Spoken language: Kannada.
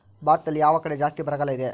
ಭಾರತದಲ್ಲಿ ಯಾವ ಕಡೆ ಜಾಸ್ತಿ ಬರಗಾಲ ಇದೆ?